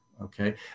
okay